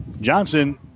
Johnson